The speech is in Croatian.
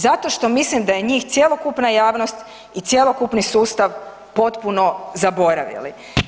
Zato što mislim da je njih cjelokupna javnost i cjelokupni sustav potpuno zaboravili.